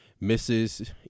misses